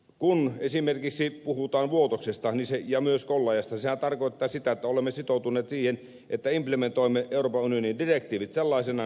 kun esimerkiksi puhutaan vuotoksesta ja myös kollajasta sehän tarkoittaa sitä että olemme sitoutuneet siihen että implementoimme euroopan unionin direktiivit sellaisenaan